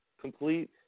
complete